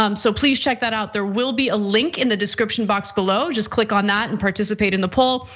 um so please check that out, there will be a link in the description box below, just click on that and participate in the poll.